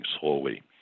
slowly